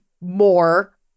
more